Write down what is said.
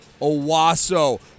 owasso